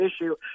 issue